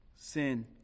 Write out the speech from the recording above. sin